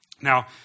Now